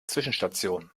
zwischenstationen